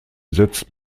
setzt